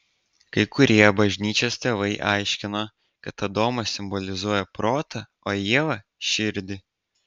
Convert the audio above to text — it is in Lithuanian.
kai kurie bažnyčios tėvai aiškino kad adomas simbolizuoja protą o ieva širdį